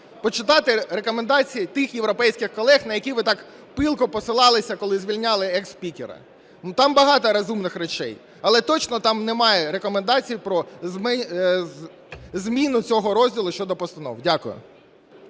почитати рекомендації тих європейських колег, на які ви так пылко посилалися, коли звільняли ексспікера. Там багато розумних речей, але точно там немає рекомендацій про зміну цього розділу щодо постанов. Дякую.